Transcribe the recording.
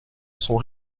sont